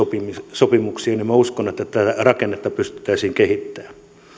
sopimuksia tätä rakennetta pystyttäisiin kehittämään